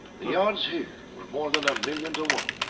the odds here were more than a million to one.